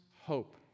hope